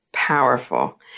powerful